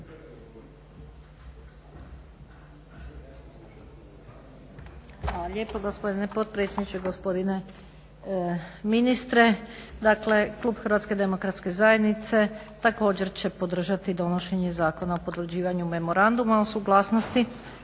Hvala lijepa gospodine potpredsjedniče. Gospodine ministre. Dakle klub HDZ-a također će podržati donošenje Zakona o potvrđivanju Memoranduma o suglasnosti